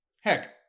Heck